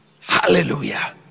hallelujah